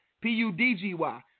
P-U-D-G-Y